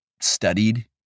studied